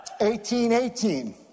1818